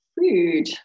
food